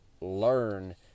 learn